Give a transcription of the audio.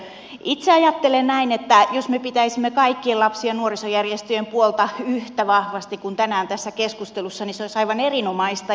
itse ajattelen näin että jos me pitäisimme kaikkien lapsi ja nuorisojärjestöjen puolta yhtä vahvasti kuin tänään tässä keskustelussa niin se olisi aivan erinomaista